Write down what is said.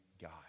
God